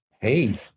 Hey